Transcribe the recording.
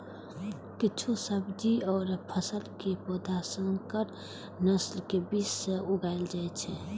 किछु सब्जी आ फसल के पौधा संकर नस्ल के बीज सं उगाएल जाइ छै